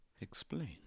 Explain